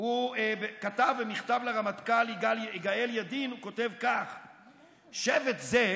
מישאל ועזריה עשו את זה,